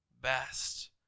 best